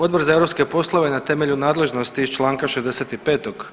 Odbor za europske poslove na temelju nadležnosti iz Članka 65.